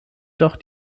doch